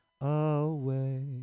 away